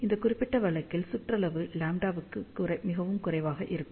இந்த குறிப்பிட்ட வழக்கில் சுற்றளவு λ க்கு மிகவும் குறைவாக இருக்கும்